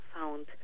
found